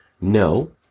no